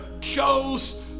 chose